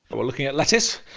but we're looking at lettuce,